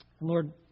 Lord